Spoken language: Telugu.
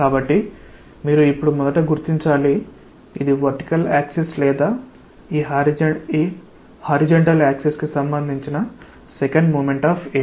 కాబట్టి మీరు ఇప్పుడు మొదట గుర్తించాలి ఇది ఈ వర్టికల్ యాక్సిస్ లేదా ఈ హారీజంటల్ యాక్సిస్ కి సంబంధించిన సెకండ్ మోమెంట్ ఆఫ్ ఏరియా